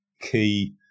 key